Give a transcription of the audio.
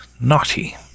naughty